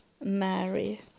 Mary